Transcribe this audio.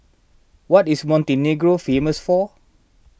what is Montenegro famous for